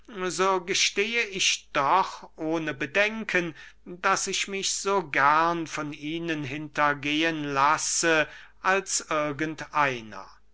so gestehe ich doch ohne bedenken daß ich mich so gern von ihnen hintergehen lasse als irgend einer